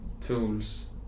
tools